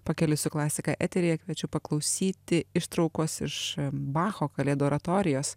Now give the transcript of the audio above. pakeliui su klasika eteryje kviečiu paklausyti ištraukos iš bacho kalėdų oratorijos